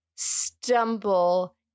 Stumble